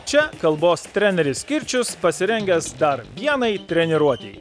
čia kalbos treneris kirčius pasirengęs dar vienai treniruotei